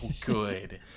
good